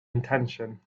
intention